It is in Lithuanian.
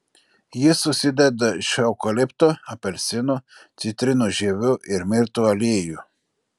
jis susideda iš eukalipto apelsinų citrinų žievių ir mirtų aliejų